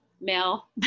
male